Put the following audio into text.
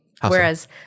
Whereas